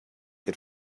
had